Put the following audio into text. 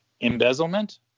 embezzlement